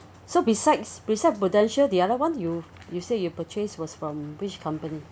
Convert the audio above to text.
so besides besides Prudential the other one you you said you purchase was from which company